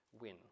win